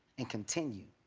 and continue.